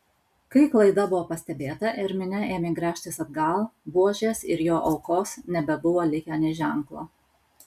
kai klaida buvo pastebėta ir minia ėmė gręžtis atgal buožės ir jo aukos nebebuvo likę nė ženklo